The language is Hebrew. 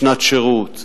לשנת שירות,